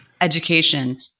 education